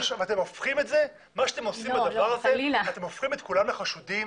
בדבר הזה אתם הופכים את כולם לחשודים.